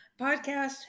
podcast